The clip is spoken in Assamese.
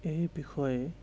এই বিষয়ে